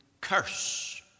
curse